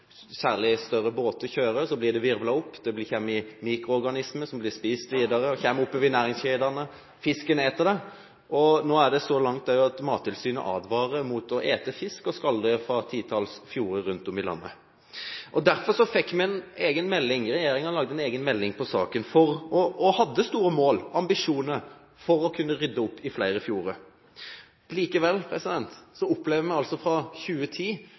særlig større båter kjører, så blir det virvlet opp, det kommer opp mikroorganismer som blir spist videre, det kommer oppover i næringskjeden, og fisken eter det. Nå er det gått så langt at Mattilsynet advarer mot å ete fisk og skalldyr fra et titall fjorder rundt om i landet. Derfor fikk vi en egen melding. Regjeringen laget en egen melding om saken, og hadde store ambisjoner om å rydde opp i flere fjorder. Likevel opplever vi at det for 2010